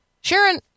Sharon